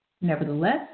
Nevertheless